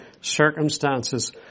circumstances